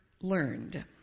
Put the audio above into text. learned